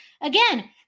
Again